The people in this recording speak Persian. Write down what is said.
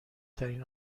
ترین